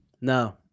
No